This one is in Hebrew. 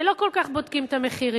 ולא כל כך בודקים את המחירים,